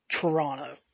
Toronto